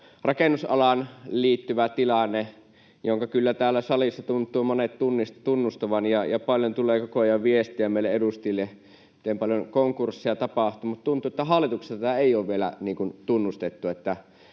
rakennusalaan liittyvä tilanne, jonka kyllä täällä salissa tuntuvat monet tunnustavan, ja paljon tulee koko ajan viestejä meille edustajille, miten paljon konkursseja tapahtuu. Mutta tuntuu, että hallituksessa tätä ei ole vielä tunnustettu,